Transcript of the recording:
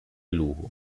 lujo